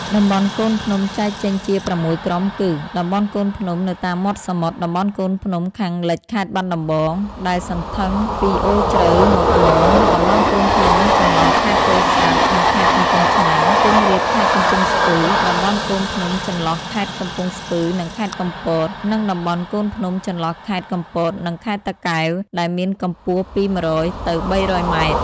តំបន់កូនភ្នំចែកចេញជា ៦ ក្រុមគឺ តំបន់កូនភ្នំនៅតាមមាត់សមុទ្រ តំបន់កូនភ្នំខាងលិចខេត្តបាត់ដំបង ដែលសន្ធឹងពីអូរជ្រៅមកមោង តំបន់កូនភ្នំចន្លោះខេត្តពោធិសាត់និងខេត្តកំពង់ឆ្នាំង ខ្ពង់រាបខេត្តកំពង់ស្ពឺ តំបន់កូនភ្នំចន្លោះរខេត្តកំពង់ស្ពឺនិងខេត្តកំពត និង តំបន់កូនភ្នំចន្លោះខេត្តកំពតនិងខេត្តតាកែវ ដែលមានកម្ពស់ពី ១០០ ទៅ ៣០០ ម៉ែត្រ។